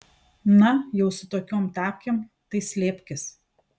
na jau su tokiom tapkėm tai slėpkis